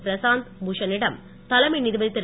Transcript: பிராசாந்த் பூஷனிடம் தலைமை நீதிபதி திரு